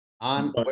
On